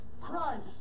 Christ